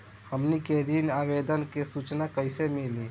हमनी के ऋण आवेदन के सूचना कैसे मिली?